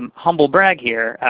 um humble brag here.